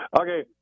Okay